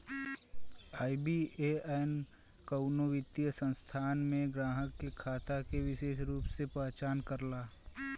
IBAN कउनो वित्तीय संस्थान में ग्राहक के खाता के विसेष रूप से पहचान करला